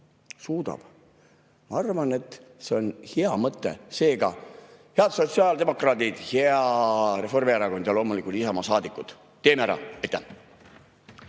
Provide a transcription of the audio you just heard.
Suudab! Ma arvan, et see on hea mõte. Seega, head sotsiaaldemokraadid, Reformierakond ja loomulikult Isamaa saadikud, teeme ära!